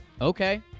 Okay